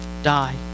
die